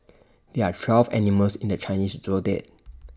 there are twelve animals in the Chinese Zodiac